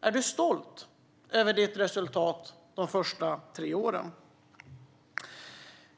Är du stolt över ditt resultat de första tre åren?